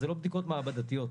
זה לא בדיקות מעבדתיות,